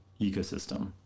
ecosystem